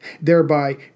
thereby